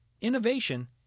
innovation